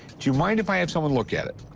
do you mind if i have someone look at it?